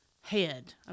head